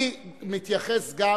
אני מתייחס גם